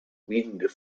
wind